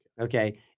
Okay